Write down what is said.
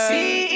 See